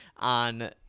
On